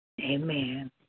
Amen